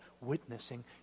witnessing